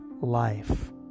life